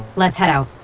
let's head